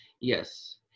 Yes